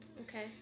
Okay